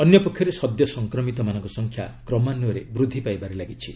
ଅନ୍ୟପକ୍ଷରେ ସଦ୍ୟ ସଂକ୍ରମିତମାନଙ୍କ ସଂଖ୍ୟା କ୍ରମାନ୍ୱୟରେ ବୃଦ୍ଧି ପାଇବାରେ ଲାଗିଛି